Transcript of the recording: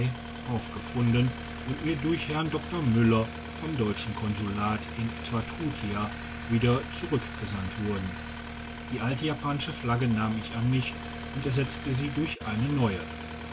aufgefunden und mir durch hern dr müller vom deutschen konsulat in twatutia wieder zurückgesandt wurden die alte japanische flagge nahm ich an mich und ersetzte sie durch eine neue